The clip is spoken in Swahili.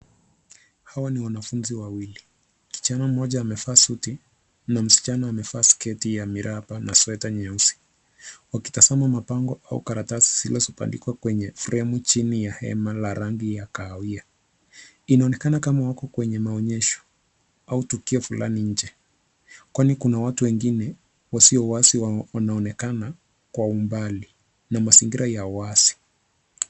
Hawa ni wanafunzi wawili. Kijana mmoja amevaa suti na msichana amevaa sketi ya miraba na sweta nyeusi akitazama mabango au karatasi zilizobandikwa kwenye fremu chini ya hema ya rangi ya kahawia. Inaonekana kama wako kwenye maonyesho au tukio fulani nje kwani kuna watu wengine wasio wanaonekana kwa umbali na mazingira ya wazi.